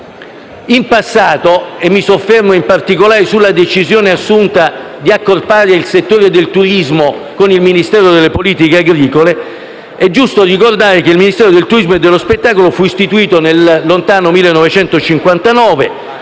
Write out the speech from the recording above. in passato - e mi soffermo in particolare sulla decisione assunta di accorpare il settore del turismo con il Ministero delle politiche agricole - il Ministero del turismo e dello spettacolo fu istituito nel lontano 1959,